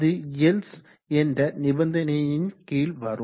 அது எல்ஸ் என்ற நிபந்தனையின் கீழ்வரும்